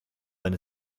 wenn